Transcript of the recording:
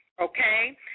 okay